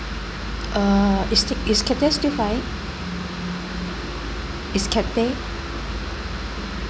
uh is take is cathay still flying is cathay